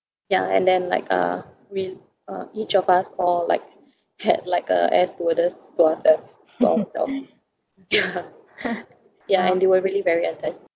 ya and then like uh we uh each of us all like had like a air stewardess to ourselves for ourselves yeah yeah and they were really very atten~